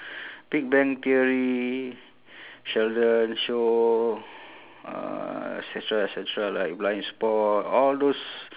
big bang theory sheldon show uh et cetera et cetera like blindspot all those